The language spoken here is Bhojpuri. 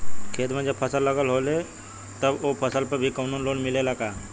खेत में जब फसल लगल होले तब ओ फसल पर भी कौनो लोन मिलेला का?